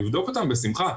נבדוק אותם בשמחה,